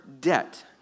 debt